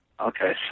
Okay